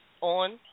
on –